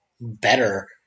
better